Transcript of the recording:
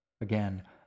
Again